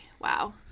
wow